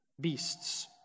beasts